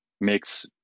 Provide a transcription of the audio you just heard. makes